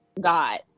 God